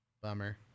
Bummer